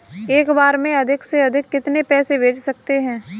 एक बार में अधिक से अधिक कितने पैसे भेज सकते हैं?